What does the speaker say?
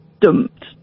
dumped